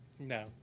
No